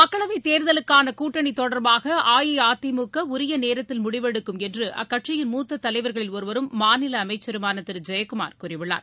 மக்களவை தேர்தலுக்கான கூட்டளி தொடர்பாக அஇஅதிமுக உரிய நேரத்தில் முடிவெடுக்கும் என்று அக்கட்சியின் மூத்த தலைவர்களில் ஒருவரும் மாநில அமைச்சருமான திரு ஜெயக்குமார் கூறியுள்ளர்